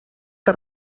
que